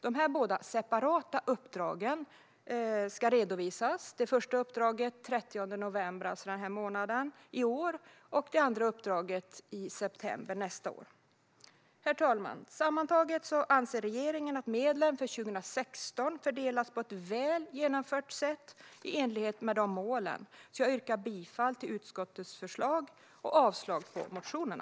Dessa båda separata uppdrag ska redovisas. Det första uppdraget ska redovisas den 30 november, alltså denna månad, i år. Det andra uppdraget ska redovisas i september nästa år. Herr talman! Sammantaget anser regeringen att medlen för 2016 har fördelats på ett väl genomfört sätt i enlighet med målen. Jag yrkar därför bifall till utskottets förslag och avslag på motionerna.